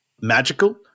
magical